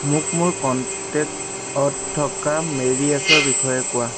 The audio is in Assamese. মোক মোৰ কণ্টেক্টত থকা মেৰী এচৰ বিষয়ে কোৱা